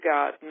God